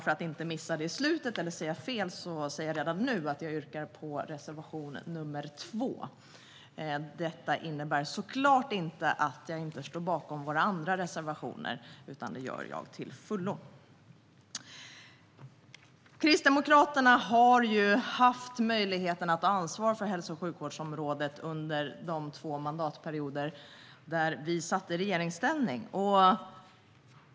Jag yrkar bifall till reservation nr 2, men jag står såklart även till fullo bakom våra andra reservationer. Kristdemokraterna hade förmånen att ansvara för hälso och sjukvårdsområdet under de två mandatperioder vi satt i regeringsställning.